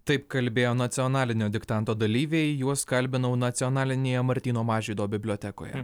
taip kalbėjo nacionalinio diktanto dalyviai juos kalbinau nacionalinėje martyno mažvydo bibliotekoje